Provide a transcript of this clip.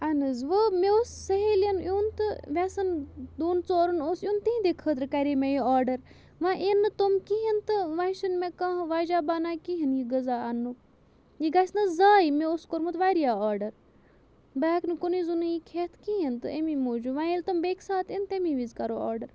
اَہَن حظ وۅنۍ مےٚ اوس سٕہیلیَن یُن تہٕ وٮ۪سَن دۄن ژورَن اوس یُن تِہٕنٛدِ خٲطرٕ کَرے مےٚ یہِ آرڈَر وۄنۍ یِن نہٕ تِم کِہیٖنۍ تہٕ وۄنۍ چھُنہٕ مےٚ کانٛہہ وجہ بَنان کِہیٖنۍ یہِ غذا اَننُک یہِ گژھِ نا ضایہِ مےٚ اوس کوٚرمُت واریاہ آرڈَر بہٕ ہٮ۪کہٕ نہٕ کُنُے زوٚنٕے یہِ کھٮ۪تھ کِہیٖنۍ تہٕ اَمی موٗجوٗب وۅنۍ ییٚلہِ تِم بیٚکہِ ساتہٕ یِن تَمی وز کَرو آرڈَر